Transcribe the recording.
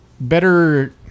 Better